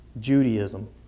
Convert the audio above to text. Judaism